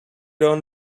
down